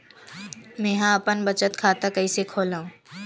मेंहा अपन बचत खाता कइसे खोलव?